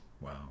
Wow